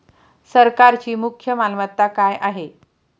सरकारची मुख्य मालमत्ता काय आहे?